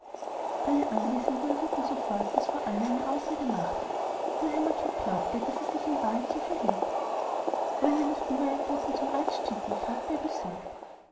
alle anwesenden errieten sofort daß frau anne eine ausrede machte nur herr macket glaubte daß es sich in wahrheit so verhielt wollen wir nicht lieber einen boten zum arzt schicken fragte er besorgt